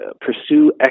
pursue